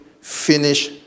Finish